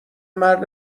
مرد